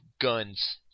guns